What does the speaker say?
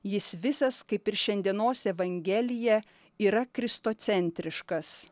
jis visas kaip ir šiandienos evangelija yra kristocentriškas